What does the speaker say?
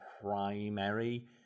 primary